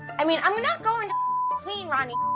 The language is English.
i mean i'm not gonna clean ronnie's